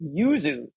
Yuzu